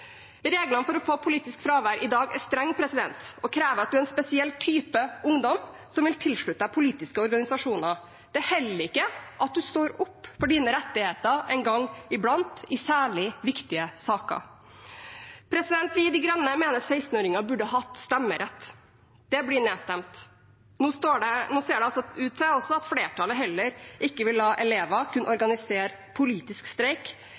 Reglene for å få politisk fravær i dag er strenge og krever at man er en spesiell type ungdom som vil tilslutte seg politiske organisasjoner. Det holder ikke at man står opp for sine rettigheter en gang i blant i særlig viktige saker. Vi i De Grønne mener 16-åringer burde hatt stemmerett. Det ble nedstemt. Nå ser det heller ikke ut til at flertallet vil la elever kunne organisere politisk streik